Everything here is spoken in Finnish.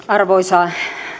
arvoisa